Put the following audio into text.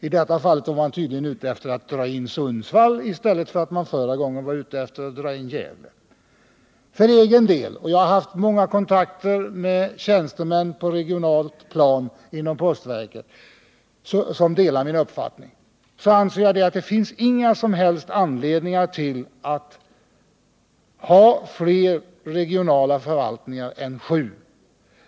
I detta fall var man tydligen ute efter att dra in Sundsvall; förra gången var det Gävle. För egen del — och jag har haft många kontakter med tjänstemän på regionalt plan inom postverket som delar min uppfattning — anser jag att det inte finns någon som helst anledning att ha fler regionala förvaltningar än sju.